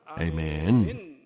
Amen